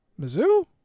Mizzou